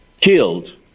killed